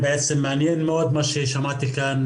יש הרבה מאוד חנויות שלא נדרשות ברישיון עסק,